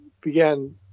began